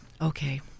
okay